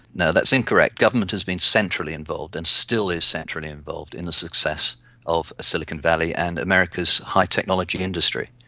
no, that's incorrect, government has been centrally involved and still is centrally involved in the success of silicon valley and america's high technology industry.